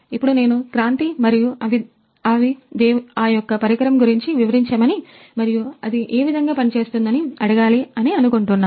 ఇప్పుడు నేను క్రాంతి మరియు అవి దేవ్ ఆ యొక్క పరికరం గురించి వివరించమని మరియు అది ఏవిధంగా పనిచేస్తుందని అడగాలి అని అనుకుంటున్నాను